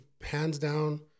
hands-down